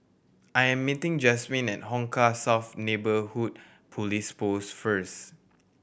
I am meeting Jazmin at Hong Kah South Neighbourhood Police Post first